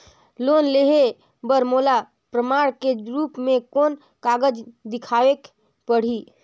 Loan लेहे बर मोला प्रमाण के रूप में कोन कागज दिखावेक पड़ही?